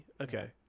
Okay